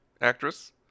actress